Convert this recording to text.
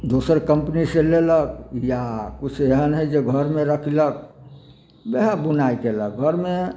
दोसर कम्पनी से लेलक या किछु एहन है जे घरमे रखलक वएह बुनाइ केलक घर मे